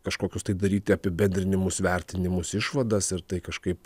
kažkokius tai daryti apibendrinimus vertinimus išvadas ir tai kažkaip